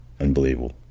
Unbelievable